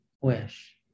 wish